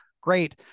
great